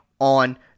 on